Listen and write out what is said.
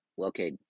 okay